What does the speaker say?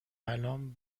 الان